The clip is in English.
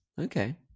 Okay